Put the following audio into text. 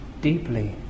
deeply